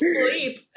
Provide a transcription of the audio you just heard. sleep